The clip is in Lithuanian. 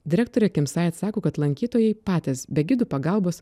direktorė kim sajat sako kad lankytojai patys be gidų pagalbos